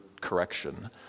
correction